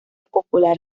popular